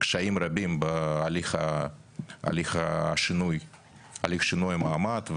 קשיים רבים בהליך שינוי המעמד.